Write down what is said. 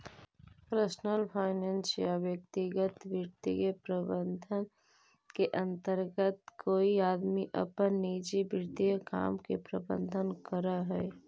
personal finance या व्यक्तिगत वित्तीय प्रबंधन के अंतर्गत कोई आदमी अपन निजी वित्तीय काम के प्रबंधन करऽ हई